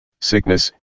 sickness